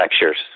lectures